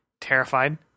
terrified